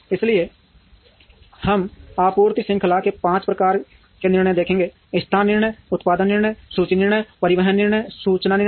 इसलिए हम आपूर्ति श्रृंखला में पांच प्रकार के निर्णय देखेंगे स्थान निर्णय उत्पादन निर्णय सूची निर्णय परिवहन निर्णय और सूचना निर्णय